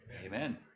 Amen